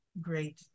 great